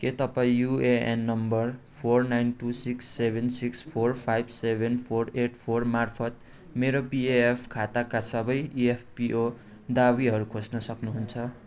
के तपाईँ UAN number four nine two six seven six four five seven four eight फोरमार्फत मेरो PF खाताका सबै इएफपिओ दावीहरू खोज्न सक्नुहुन्छ